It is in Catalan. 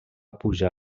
pujar